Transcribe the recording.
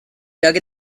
dug